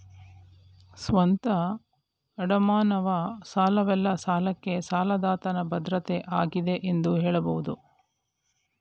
ಸ್ವಂತ ಅಡಮಾನವು ಸಾಲವಲ್ಲ ಸಾಲಕ್ಕೆ ಸಾಲದಾತನ ಭದ್ರತೆ ಆಗಿದೆ ಎಂದು ಹೇಳಬಹುದು